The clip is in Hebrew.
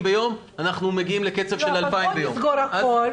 אנחנו לא שולטים כרגע באירוע.